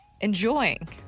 enjoying